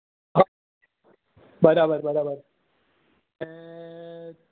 હં બરાબર બરાબર અને